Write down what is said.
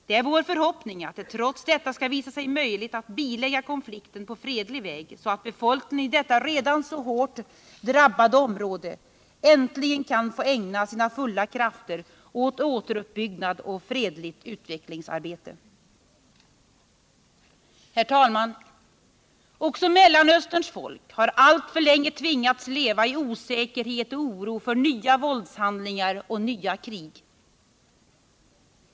Det är vår förhoppning att det trots detta skall visa sig möjligt att bilägga konflikten på fredlig väg, så att befolkningen i detta redan så hårt drabbade område äntligen kan få ägna sina fulla krafter åt återuppbyggnad och fredligt utvecklingsarbete. Herr talman! Också Mellanösterns folk har alltför länge tvingats leva i osäkerhet och oro för nya våldshandlingar och nya krig.